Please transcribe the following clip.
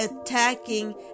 attacking